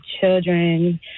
children